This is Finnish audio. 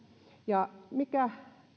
ja mikä